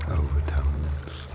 overtones